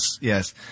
yes